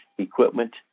Equipment